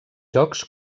jocs